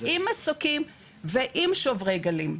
עם מצוקים ועם שוברי גלים.